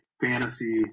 fantasy